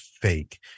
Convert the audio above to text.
fake